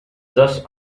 just